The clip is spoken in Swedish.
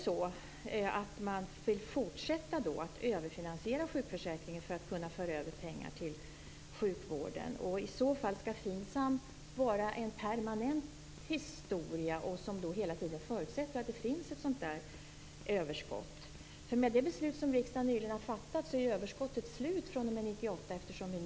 Vill man fortsätta att överfinansiera sjukförsäkringen för att kunna föra över pengar till sjukvården? Skall FINSAM i så fall vara en permanent historia som hela tiden förutsätter att det finns ett överskott? Med det beslut som riksdagen nyligen har fattat är ju överskottet slut från 1998.